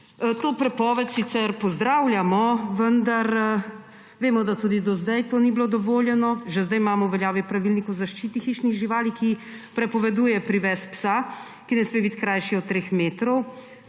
To prepoved sicer pozdravljamo, vendar vemo, da tudi do zdaj to ni bilo dovoljeno. Že zdaj imamo v veljavi Pravilnik o zaščiti hišnih živali, ki prepoveduje privez psa, privez ne sme biti krajši od treh metrov